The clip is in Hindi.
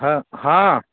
हाँ हाँ